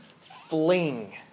fling